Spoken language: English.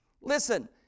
Listen